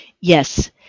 Yes